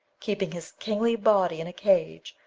keeping his kingly body in a cage,